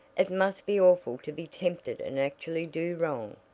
it must be awful to be tempted and actually do wrong.